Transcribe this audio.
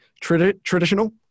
traditional